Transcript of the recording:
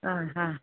ആ ആ